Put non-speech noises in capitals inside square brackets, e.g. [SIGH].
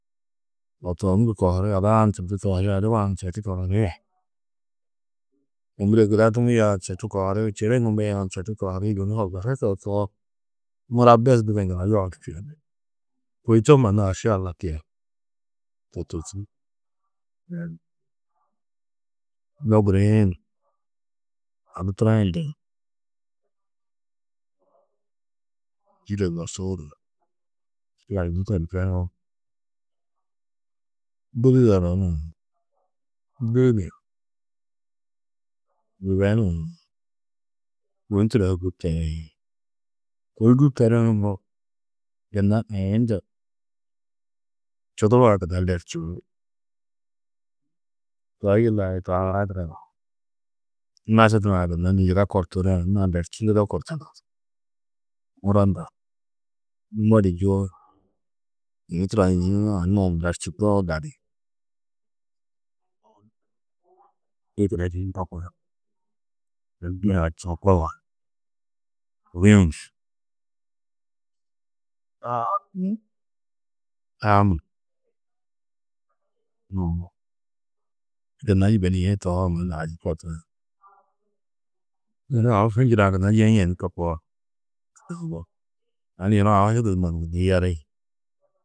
Turo turonnu du kohuri, ada-ã ni četu kohuri, adiba-ã ni četu kohuri, ômure guda numia-ã ni četu kohuri, čêne numia-ã ni četu kohuri. Yunu horgusu turo čûwo mura bes bugi-ĩ gunna yohudu tiyendi. Kôi to mannu aši Alla tiye, to tûrtu. [UNINTELLIGIBLE] [UNINTELLIGIBLE] turiĩ yidĩ, čîde no suudu [UNINTELLIGIBLE] [UNINTELLIGIBLE] [UNINTELLIGIBLE] yibenuũ ni. [UNINTELLIGIBLE] [UNINTELLIGIBLE] [UNINTELLIGIBLE] gunna [UNINTELLIGIBLE] čudurã gunna lerčinú. Toi yilla [UNINTELLIGIBLE] naši nurã gunna nû yiga kortuurĩ anna-ã lerčindudo kortuurî tîyi. [UNINTELLIGIBLE] Muro ndo numo di njûwo yunu turo [UNINTELLIGIBLE] anna-ã lerčindoo gali. [UNINTELLIGIBLE] [UNINTELLIGIBLE] [UNINTELLIGIBLE] [UNINTELLIGIBLE] gunna yibenîe tohoo mannu [UNINTELLIGIBLE] yunu aũ hinjinã gunna yeĩ ni to koo. Tani yunu aũ hidinno gunna yeri.